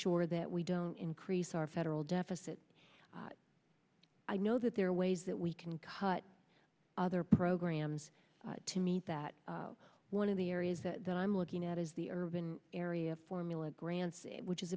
sure that we don't increase our federal deficit i know that there are ways that we can cut other programs to meet that one of the areas that i'm looking at is the urban area formula grants which is